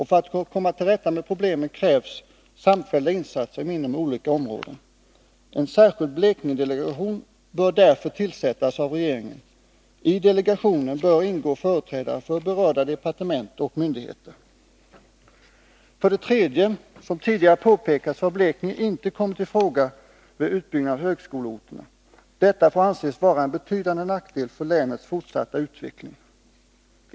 För att komma till rätta med problemen krävs samfällda insatser inom olika områden. En särskild Blekingedelegation bör därför tillsättas av regeringen. I delegationen bör ingå företrädare för berörda departement och myndigheter. 3. Som tidigare påpekats har Blekinge inte kommit i fråga vid utbyggnaden av högskoleorterna. Detta får anses vara en betydande nackdel för länets fortsatta utveckling.